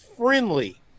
Friendly